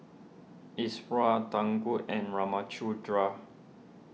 Iswaran Tangu and Ramchundra